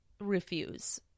refuse